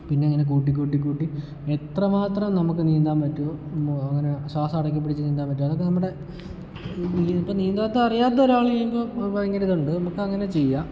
പിന്നെ ഇങ്ങനെ കൂട്ടി കൂട്ടി കൂട്ടി എത്ര മാത്രം നമുക്ക് നീന്താൻ പറ്റുമോ അങ്ങനെ ശ്വാസം അടക്കിപ്പിടിച്ച് നീന്താൻ പറ്റുമോ അതൊക്കെ നമ്മുടെ ഇപ്പോൾ നീന്താൻ അറിയാത്ത ഒരാൾ നീന്തുമ്പോൾ ഭയങ്കര ഇതുണ്ട് നമുക്ക് അങ്ങനെ ചെയ്യാം